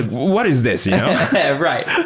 what is this? yeah right.